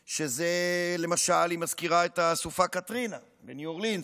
למשל הסופה קתרינה בניו אורלינס.